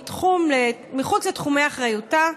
מחוץ לתחומי אחריותה.